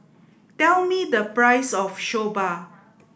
tell me the price of Soba